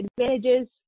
advantages